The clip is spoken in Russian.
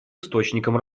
источником